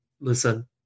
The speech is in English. listen